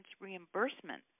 reimbursement